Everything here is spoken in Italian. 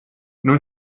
non